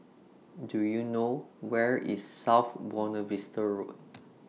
Do YOU know Where IS South Buona Vista Road